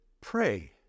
pray